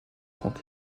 frank